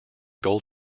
gold